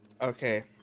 Okay